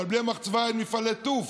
אבל בלי המחצבה אין מפעלי טוף.